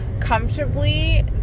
comfortably